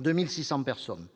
de 1 600 personnes.